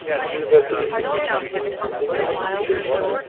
the university has become a familiar institution,